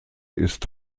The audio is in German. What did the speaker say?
ist